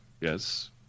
yes